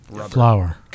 Flour